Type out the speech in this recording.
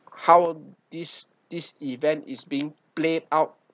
how this this event is being played out